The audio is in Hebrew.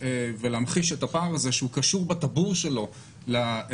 ולהמחיש את הפער הזה שהוא קשור בטבור שלו לסיכונים